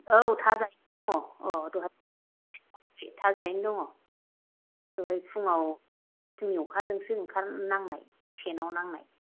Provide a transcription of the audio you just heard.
औ थाजायैनो दङ औ दहाय थाजायैनो दङ दहाय फुङाव फुंनि अखा जोंसो ओंखारनाय नांनाय सेनाव नांनाय